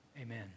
Amen